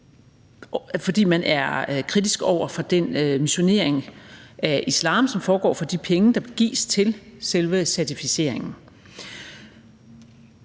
fordi man er kritisk over for den missionering af islam, som foregår for de penge, der gives til selve certificeringen.